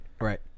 right